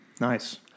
Nice